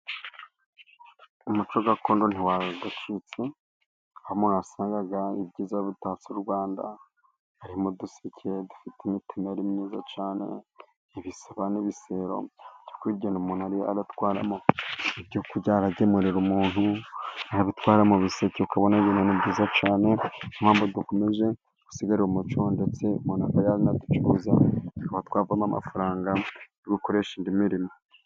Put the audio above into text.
Umuco gakondo ntiwaducitse, aho wasangaga ibyiza bitatse u Rwanda harimo uduseke dufite imitemeri myiza cyane, ibisobane, ibisero byo kugenda umuntu aratwaramo ibyo kurya, agemurira umuntu, yabitwara mu biseke ukabona ibintu ni byiza cyane, niyo mpamvu dukomeje gusigasira umuco, ndetse umutu akaba ya nabicuruza, tukaba twavamo amafaranga, yo gukoresha indi mirimo.